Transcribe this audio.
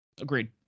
Agreed